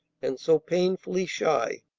and so painfully shy.